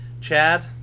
Chad